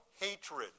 hatred